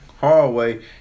hallway